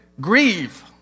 grieve